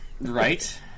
right